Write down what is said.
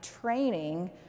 training